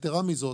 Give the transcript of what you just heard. יתירה מזאת,